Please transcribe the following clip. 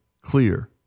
clear